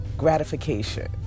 Gratification